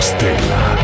Stella